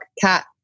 cat